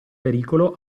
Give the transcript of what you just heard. pericolo